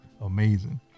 amazing